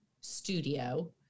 studio